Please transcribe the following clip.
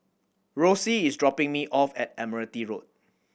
Rosie is dropping me off at Admiralty Road